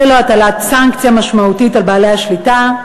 ללא הטלת סנקציה משמעותית על בעלי השליטה.